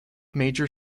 major